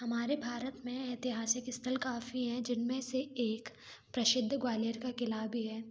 हमारे भारत में ऐतिहासिक स्थल काफ़ी हैं जिनमें से एक प्रसिद्ध ग्वालियर का किला भी है